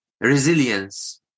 resilience